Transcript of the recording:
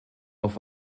auf